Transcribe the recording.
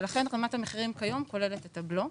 ולכן רמת המחירים כיום כוללת את הבלו,